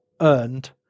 earned